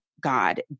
God